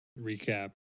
recap